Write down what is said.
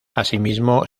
asimismo